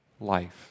life